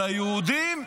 אבל ליהודים?